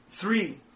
three